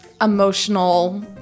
emotional